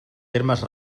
termes